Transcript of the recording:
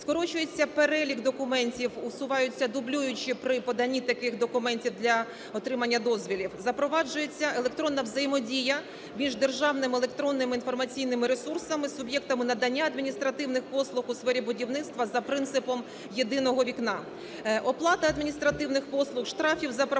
Скорочується перелік документів, усуваються дублюючі при поданні таких документів для отримання дозволів. Запроваджується електронна взаємодія між державними електронними інформаційними ресурсами, суб'єктами надання адміністративних послуг у сфері будівництва за принципом "єдиного вікна". Оплата адміністративних послуг, штрафів за правопорушення